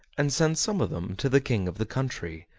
and sent some of them to the king of the country,